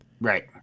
Right